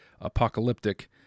apocalyptic